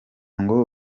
ngo